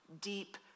deep